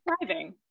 thriving